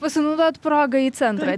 pasinaudot proga į centrą